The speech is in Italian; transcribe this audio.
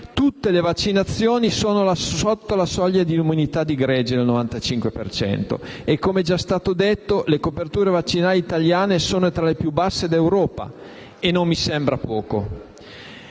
tutte le vaccinazioni sono sotto la soglia dell'immunità di gregge del 95 per cento e, come è già stato detto, le coperture vaccinali italiane sono tra le più basse d'Europa: non mi sembra poco.